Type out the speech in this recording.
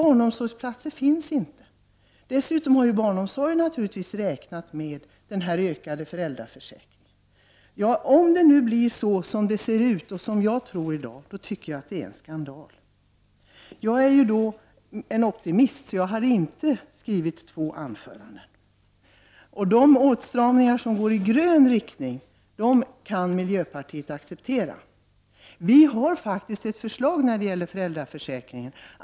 Barnomsorgsplatser finns ju inte i tillräcklig omfattning. Dessutom har man naturligtvis inom barnomsorgen räknat med den utökade föräldraförsäkringen. Om det blir som jag tror att det blir, då tycker jag att det är en skandal. Jag är optimist, och därför har jag inte skrivit två anföranden. De åtstramningar som går i grön riktning kan miljöpartiet acceptera. Vi har faktiskt förslag om minskningar av utgifterna för föräldraförsäkringen.